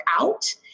out